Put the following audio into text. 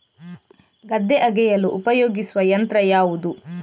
ಗದ್ದೆ ಅಗೆಯಲು ಉಪಯೋಗಿಸುವ ಯಂತ್ರ ಯಾವುದು?